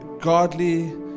godly